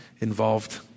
involved